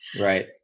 Right